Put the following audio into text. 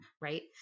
right